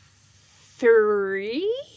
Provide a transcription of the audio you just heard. three